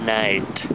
night